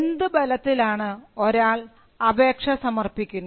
എന്ത് ബലത്തിലാണ് ഒരാൾ അപേക്ഷ സമർപ്പിക്കുന്നത്